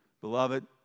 Beloved